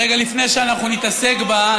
רגע לפני שאנחנו נתעסק בה,